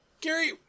Gary